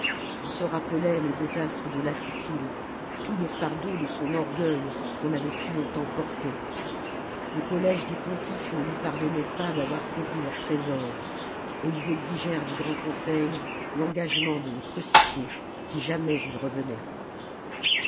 on se rappelait les désastres de la sicile tout le fardeau de son orgueil qu'on avait si longtemps porté les collèges des pontifes ne lui pardonnaient pas d'avoir saisi leur trésor et ils exigèrent du grand conseil l'engagement de le crucifier si jamais il revenait